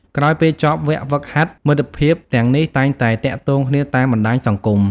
ក្រោយពេលចប់វគ្គហ្វឹកហាត់ មិត្តភក្តិទាំងនេះតែងតែទាក់ទងគ្នាតាមបណ្តាញសង្គម។